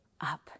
up